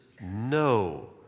no